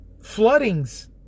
floodings